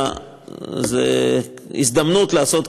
זו הזדמנות לעשות,